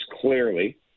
clearly